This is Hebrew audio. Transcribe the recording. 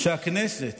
הכנסת